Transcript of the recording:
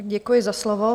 Děkuji za slovo.